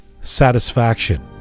satisfaction